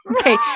Okay